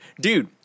dude